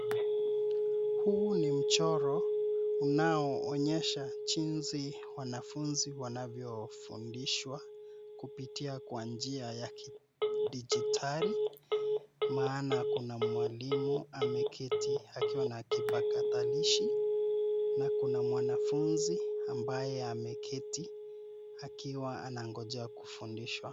Huu ni mchoro unaoonyesha jinsi wanafunzi wanavyofundishwa kupitia kwa njia ya kidijitali, maana kuna mwalimu ameketi akiwa na kipakatilishi na kuna mwanafunzi ambaye ameketi akiwa anangoja kufundishwa.